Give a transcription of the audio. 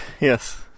Yes